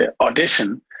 audition